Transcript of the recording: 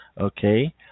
Okay